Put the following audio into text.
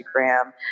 Instagram